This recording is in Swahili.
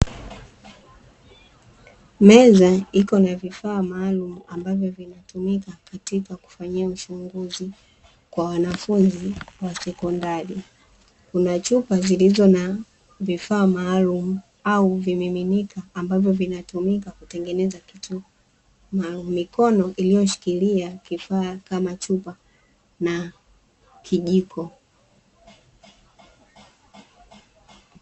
Meza iko na vifaa maalumu ambavyo vinatumika katika kufanyia uchunguzi kwa wanafunzi wa sekondari, kuna chupa zilizo na vifaa maalumu au vimiminika ambavyo vinatumika kutengeneza kitu maalumu, mikono iliyoshikilia kifaa kama chupa na kijiko.